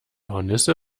hornisse